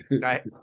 Right